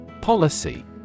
POLICY